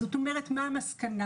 כלומר מה המסקנה